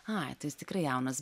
ai tai jūs tikrai jaunas